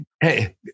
hey